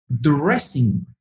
dressing